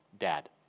dad